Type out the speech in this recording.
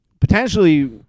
potentially